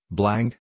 blank